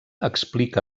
explica